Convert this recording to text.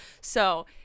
So-